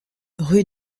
rue